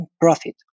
profit